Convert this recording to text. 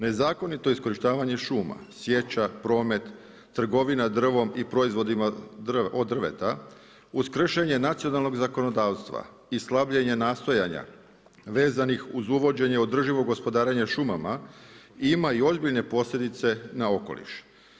Nezakonito iskorištavanje šuma, sječa, promet, trgovina drvom i proizvodima od drveta uz kršenje nacionalnog zakonodavstva i slabljenja nastojanja vezanih uz uvođenje održivog gospodarenja šumama ima i ozbiljne posljedice na okoliš.